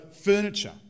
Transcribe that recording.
furniture